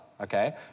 okay